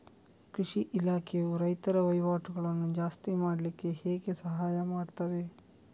ಕೃಷಿ ಇಲಾಖೆಯು ರೈತರ ವಹಿವಾಟುಗಳನ್ನು ಜಾಸ್ತಿ ಮಾಡ್ಲಿಕ್ಕೆ ಹೇಗೆ ಸಹಾಯ ಮಾಡ್ತದೆ?